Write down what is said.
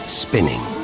spinning